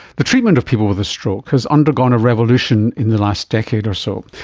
the treatment of people with a stroke has undergone a revolution in the last decade or so.